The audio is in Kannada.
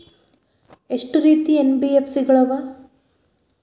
ಎಷ್ಟ ರೇತಿ ಎನ್.ಬಿ.ಎಫ್.ಸಿ ಗಳ ಅವ?